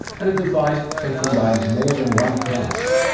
and a device can combine more than one class.